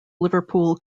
liverpool